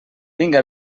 vinga